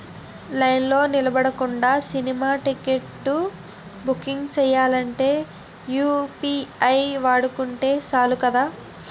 లైన్లో నిలబడకుండా సినిమా టిక్కెట్లు బుక్ సెయ్యాలంటే యూ.పి.ఐ వాడుకుంటే సాలు కదా